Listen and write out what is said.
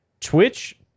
Twitch